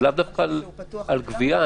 זה לאו דווקא על גבייה,